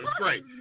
great